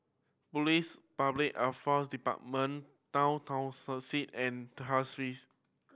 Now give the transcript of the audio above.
Police Public Affairs Department Tower and